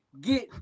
get